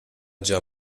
già